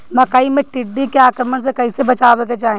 मकई मे टिड्डी के आक्रमण से कइसे बचावे के चाही?